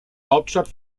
hauptstadt